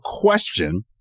question